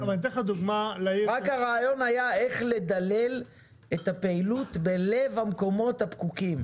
רק הרעיון היה איך לדלל את הפעילות בלב המקומות הפקוקים.